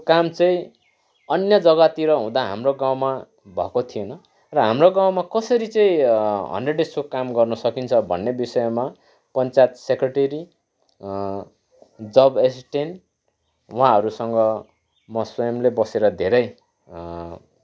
काम चाहिँ अन्य जग्गातिर हुँदा हाम्रो गाउँमा भएको थिएन र हाम्रो गाउँमा कसरी चाहिँ हन्ड्रेड डेजको काम गर्न सकिन्छ भन्ने विषयमा पञ्चायत सेक्रेटेरी जब एसिस्टेन्ट उहाँहरूसँग म स्वयमले बसेर धेरै